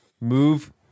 move